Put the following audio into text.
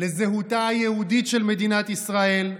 לזהותה היהודית של מדינת ישראל,